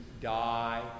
die